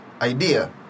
idea